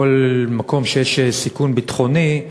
בכל מקום שיש בו סיכון ביטחוני,